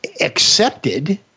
accepted